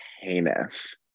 heinous